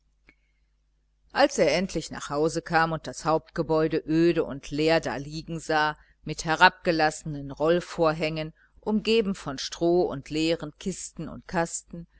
als er endlich nach hause kam und das hauptgebäude öde und leer daliegen sah mit herabgelassenen rollvorhängen umgeben von stroh und leeren kisten und kasten